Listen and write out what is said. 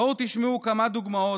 בואו תשמעו כמה דוגמאות,